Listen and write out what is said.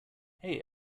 hey